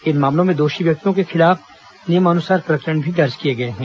इन मामलों में दोषी व्यक्तियों के खिलाफ नियमानुसार प्रकरण भी दर्ज किए गए हैं